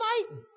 Satan